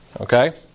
Okay